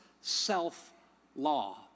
Self-law